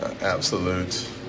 absolute